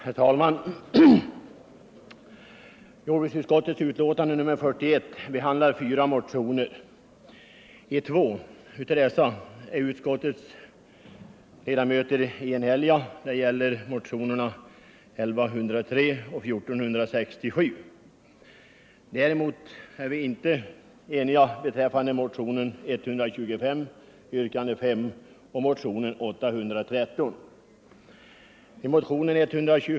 Herr talman! Jordbruksutskottets betänkande nr 41 behandlar fyra motioner. I fråga om två av dessa är utskottets ledamöter eniga, det gäller motionerna 1103 och 1467.